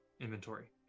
inventory